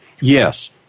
Yes